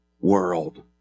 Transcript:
world